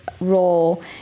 role